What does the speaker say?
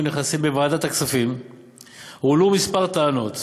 נכסים בוועדת הכספים הועלו כמה טענות.